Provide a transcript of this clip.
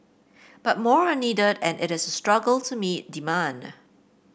but more are needed and it is struggle to meet demand